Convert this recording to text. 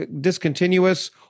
discontinuous